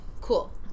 Cool